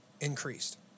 increased